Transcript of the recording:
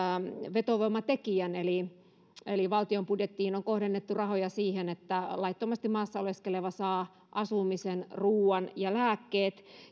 vetovoimatekijän eli valtion budjettiin on kohdennettu rahoja siihen että laittomasti maassa oleskeleva saa asumisen ruuan ja lääkkeet